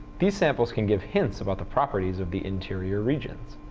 these samples can give hints about the properties of the interior regions.